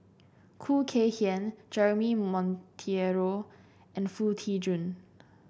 Khoo Kay Hian Jeremy Monteiro and Foo Tee Jun